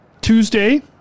Tuesday